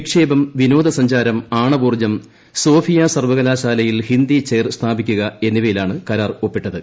നിക്ഷേപം വിനോദസഞ്ചാരം ആണവോർജ്ജം സോഫിയ സർവ്വകലാശയിൽ ഹിന്ദി ചെയർ സ്ഥാപിക്കുക എന്നിവയിലാണ് കരാർ ഒപ്പിട്ടത്